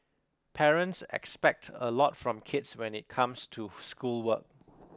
parents expect a lot from kids when it comes to schoolwork